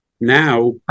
now